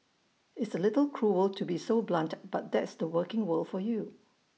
it's A little cruel to be so blunt but that's the working world for you